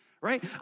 right